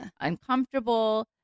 uncomfortable